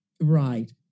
Right